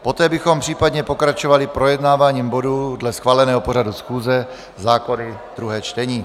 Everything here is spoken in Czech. Poté bychom případně pokračovali projednáváním bodů dle schváleného pořadu schůze zákony druhé čtení.